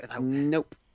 Nope